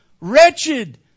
Wretched